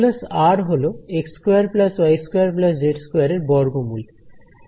হল x2 y2 z2 এর বর্গমূল